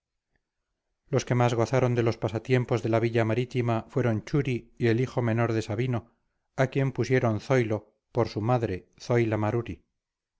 los que más gozaron de los pasatiempos de la villa marítima fueron churi y el hijo menor de sabino a quien pusieron zoilo por su madre zoila maruri